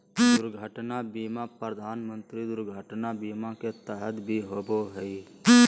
दुर्घटना बीमा प्रधानमंत्री दुर्घटना बीमा के तहत भी होबो हइ